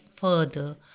further